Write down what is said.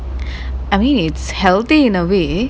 I mean it's healthy in a way